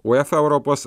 uefa europos